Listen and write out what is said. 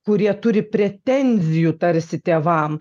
kurie turi pretenzijų tarsi tėvam